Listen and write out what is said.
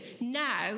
now